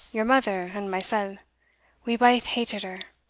your mother and mysell we baith hated her.